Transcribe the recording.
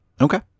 Okay